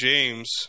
James